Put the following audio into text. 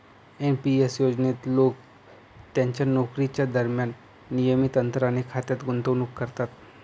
NP S योजनेत लोक त्यांच्या नोकरीच्या दरम्यान नियमित अंतराने खात्यात गुंतवणूक करतात